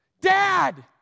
Dad